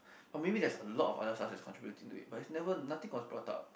or maybe there's a lot of other stuff that contribute to it but it's never nothing was brought up